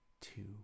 two